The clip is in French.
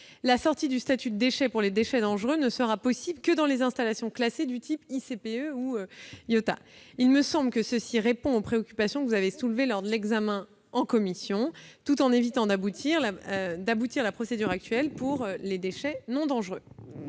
La sortie du statut de déchet pour les déchets dangereux ne sera alors possible que dans les installations classées du type ICPE ou IOTA. Voilà qui me semble de nature à répondre aux préoccupations soulevées lors de l'examen du texte en commission, tout en évitant d'aboutir à la procédure actuelle pour les déchets non dangereux.